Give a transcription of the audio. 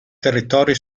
territori